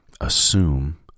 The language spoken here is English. assume